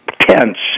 tense